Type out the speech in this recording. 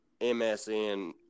MSN